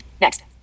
Next